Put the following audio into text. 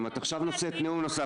אין בושה?